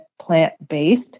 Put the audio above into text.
plant-based